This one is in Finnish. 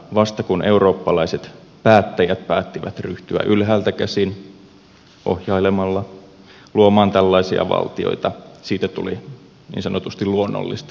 vasta kun eurooppalaiset päättäjät päättivät ryhtyä ylhäältä käsin ohjailemalla luomaan tällaisia valtioita siitä tuli niin sanotusti luonnollista ja normaalia